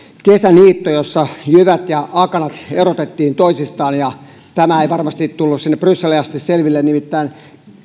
kesäniitto jossa jyvät ja akanat erotettiin toisistaan ja tämä ei varmasti tullut sinne brysseliin asti selville nimittäin